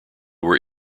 were